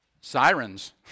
Sirens